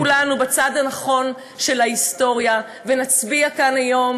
בואו נהיה כולנו בצד הנכון של ההיסטוריה ונצביע כאן היום